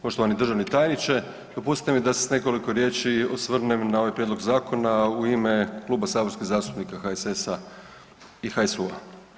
Poštovani državni tajniče, dopustite mi da se s nekoliko riječi osvrnem na ovaj prijedlog zakona u ime Kluba saborskih zastupnika HSS-a i HSU-a.